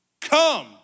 Come